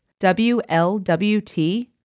WLWT